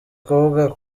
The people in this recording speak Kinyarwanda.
kuvuga